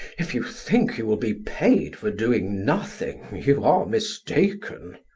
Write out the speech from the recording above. if you think you will be paid for doing nothing, you are mistaken.